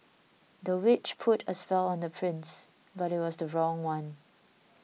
the witch put a spell on the prince but it was the wrong one